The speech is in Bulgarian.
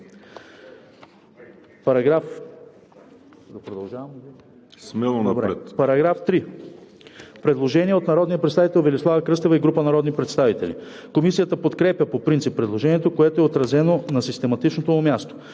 По § 3 има предложение от народния представител Велислава Кръстева и група народни представители. Комисията подкрепя по принцип предложението, което е отразено на систематичното му място.